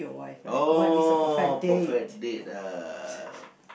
oh perfect date ah